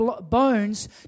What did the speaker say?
bones